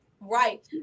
Right